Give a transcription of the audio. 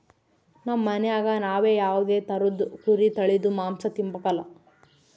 ನಮ್ ಮನ್ಯಾಗ ನಾವ್ ಯಾವ್ದೇ ತರುದ್ ಕುರಿ ತಳೀದು ಮಾಂಸ ತಿಂಬಕಲ